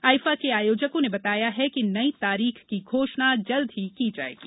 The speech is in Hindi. आइफा के आयोजकों ने बताया है कि नई तारीख की घोषणा जल्दी ही की जायेगी